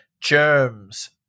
Germs